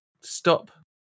stop